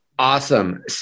Awesome